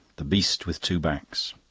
the beast with two backs.